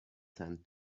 sent